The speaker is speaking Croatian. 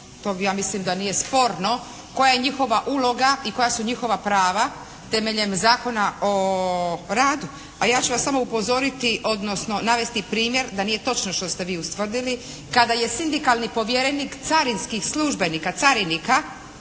to ja mislim da nije sporno koja je njihova uloga i koja su njihova prava temeljem Zakona o radu. A ja ću vas samo upozoriti odnosno navesti primjer da nije točno ono što ste vi ustvrdili, kada je sindikalni povjerenik carinskih službenika, carinika